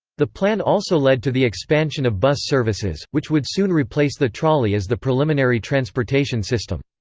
the plan also led to the expansion of bus services, which would soon replace the trolley as the preliminary transportation system.